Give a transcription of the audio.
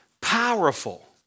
Powerful